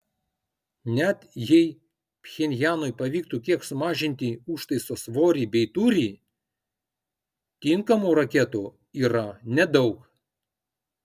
net jei pchenjanui pavyktų kiek sumažinti užtaiso svorį bei tūrį tinkamų raketų yra nedaug